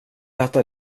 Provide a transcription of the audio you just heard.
äta